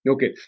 Okay